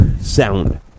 sound